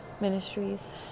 Ministries